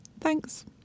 Thanks